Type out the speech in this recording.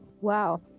Wow